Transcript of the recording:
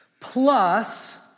plus